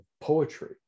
poetry